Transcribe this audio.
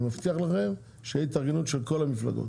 אני מבטיח לכם שתהיה התארגנות של כל המפלגות.